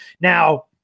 Now